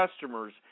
customers